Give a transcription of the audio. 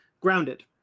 grounded